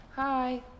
hi